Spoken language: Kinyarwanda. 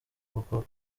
kuko